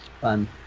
Fun